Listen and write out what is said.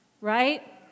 right